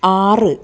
ആറ്